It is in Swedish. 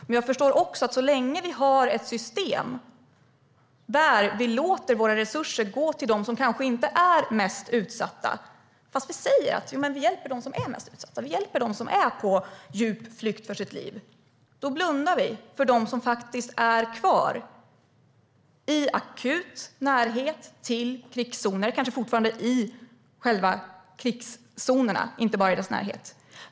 Men jag förstår också att så länge vi har ett system där vi låter våra resurser gå till dem som kanske inte är mest utsatta - fast vi säger att vi hjälper just de mest utsatta och dem som är på flykt för sitt liv - blundar vi för dem som är kvar i akut närhet till eller kanske i krigszoner.